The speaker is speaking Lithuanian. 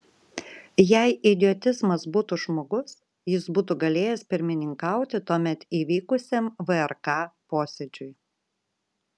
jei idiotizmas būtų žmogus jis būtų galėjęs pirmininkauti tuomet įvykusiam vrk posėdžiui